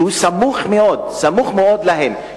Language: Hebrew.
שהוא סמוך מאוד, סמוך מאוד להם.